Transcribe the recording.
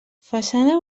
façana